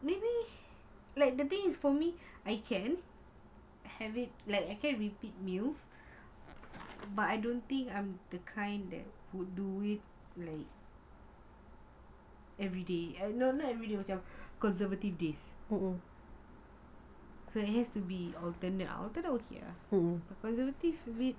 maybe like the thing is for me I can having I'm okay with repeat meals but I don't think I'm the kind that would do it like everyday no no everyday macam conservative days so it has to be alternate alternate okay ah conversative week